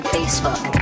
Facebook